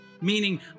meaning